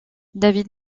david